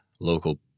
local